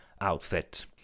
outfit